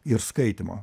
ir skaitymo